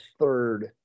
third